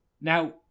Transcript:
Now